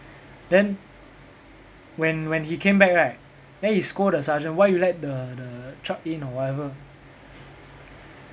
then when when he came back right then he scold the sergeant why you let the the truck in or whatever